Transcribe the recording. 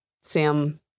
Sam